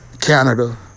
Canada